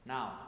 Now